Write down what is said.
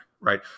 Right